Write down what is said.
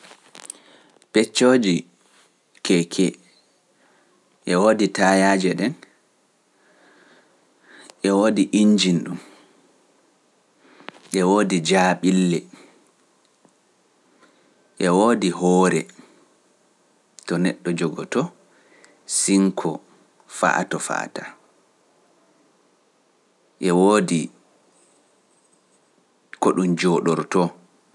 Peccooje keeke e woodi taayaaje ɗen e woodi injin ɗum e woodi jaaɓille, e woodi hoore, to neɗɗo jogotoo sinkoo fa'a to fa'ata, e woodi ko ɗum jooɗortoo.